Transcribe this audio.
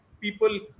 people